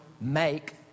make